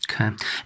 Okay